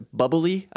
bubbly